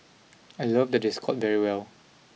I love that they scored very well